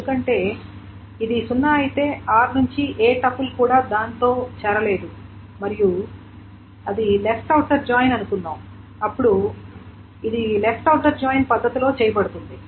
ఎందుకంటే ఇది 0 అయితే r నుండి ఏ టపుల్ కూడా దానితో చేరలేదు మరియు అది లెఫ్ట్ ఔటర్ జాయిన్ అనుకుందాం అప్పుడు ఇది లెఫ్ట్ ఔటర్ జాయిన్ పద్ధతిలో చేయబడుతుంది